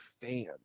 fan